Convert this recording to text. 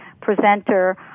presenter